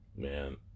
Man